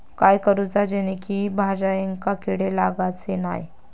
काय करूचा जेणेकी भाजायेंका किडे लागाचे नाय?